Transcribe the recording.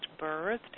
birthed